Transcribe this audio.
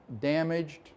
damaged